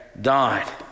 died